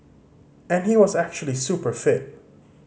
and he was actually super fit